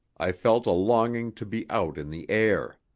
i felt a longing to be out in the air.